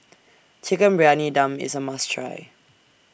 Chicken Briyani Dum IS A must Try